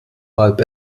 halb